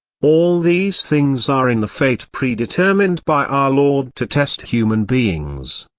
all these things are in the fate predetermined by our lord to test human beings.